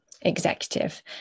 executive